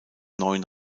neuen